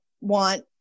want